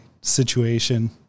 situation